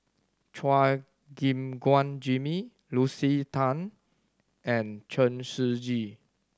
Chua Gim Guan Jimmy Lucy Tan and Chen Shiji